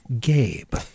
Gabe